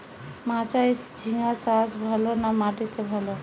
মাচায় ঝিঙ্গা চাষ ভালো না মাটিতে ভালো?